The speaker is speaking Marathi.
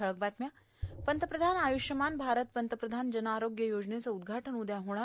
ठळक बातम्या पंतप्रधान आय्रष्यमान भारत पंतप्रधान जन आरोग्य योजनेचे उद्घाटन उद्या होणार